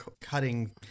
cutting